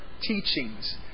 teachings